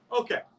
Okay